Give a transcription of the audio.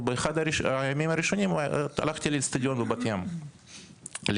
ובאחד הימים הראשונים הלכתי לאצטדיון בבת ים להתאמן,